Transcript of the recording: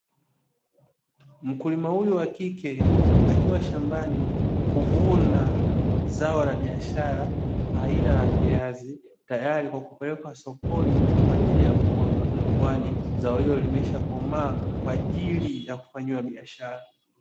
Mkulima huyu wa kike akiwa shambani kuvuna zao la biashara aina ya viazi, tayari kwa kupelekwa sokoni kwa ajili ya kuuza, kwani zao hilo limeshakomaa kwa ajili ya kufanyiwa biashara.